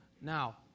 Now